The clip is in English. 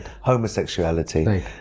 Homosexuality